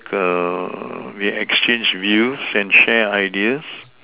we exchange views and share ideas